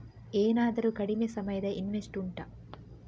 ಏನಾದರೂ ಕಡಿಮೆ ಸಮಯದ ಇನ್ವೆಸ್ಟ್ ಉಂಟಾ